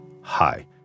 hi